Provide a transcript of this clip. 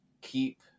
keep